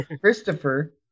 christopher